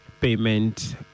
payment